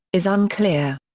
is unclear.